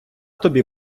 тобі